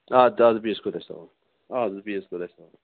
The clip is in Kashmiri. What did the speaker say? آدٕ آدٕ بِہیُو حظ خُدایَس سوال آدٕ حظ بِہیُو حظ خُدایَس سوال